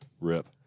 Rip